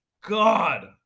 God